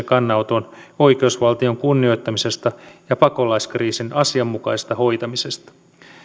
kannanoton oikeusvaltion kunnioittamisesta ja pakolaiskriisin asianmukaisesta hoitamisesta